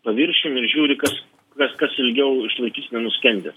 paviršium ir žiūri kas kas kas ilgiau išlai nenuskendęs